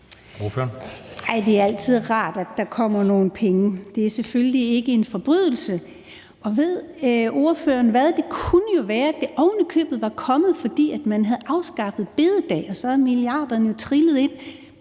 Det er altid rart, at der kommer nogle penge. Det er selvfølgelig ikke en forbrydelse, og ved ordføreren hvad? Det kunne jo være, det ovenikøbet var kommet, fordi man havde afskaffet bededag, at så havde milliarderne trillet ind,